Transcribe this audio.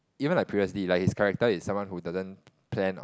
even like previously like his character is someone who doesn't plan on